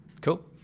cool